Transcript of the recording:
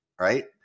right